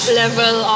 level